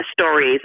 stories